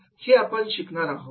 हे आपण शिकणार आहोत